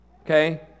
okay